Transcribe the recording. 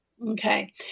Okay